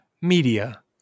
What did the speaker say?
media